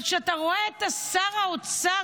אבל כשאתה רואה את שר האוצר,